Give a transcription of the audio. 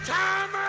time